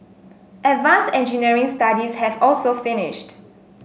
advance engineering studies have also finished